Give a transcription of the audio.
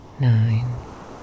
nine